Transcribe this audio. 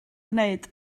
gwneud